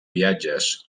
viatges